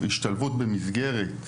השתלבות במסגרת,